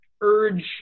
urge